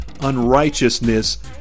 unrighteousness